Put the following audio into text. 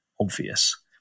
obvious